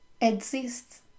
exist